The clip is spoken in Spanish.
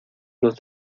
los